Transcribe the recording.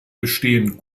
bestehen